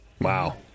Wow